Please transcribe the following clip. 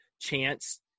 chance